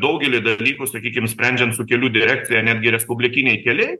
daugelį dalykų sakykim sprendžiam su kelių direkcija netgi respublikiniai keliai